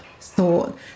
thought